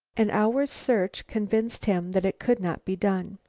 an hour's search convinced him that it could not be done.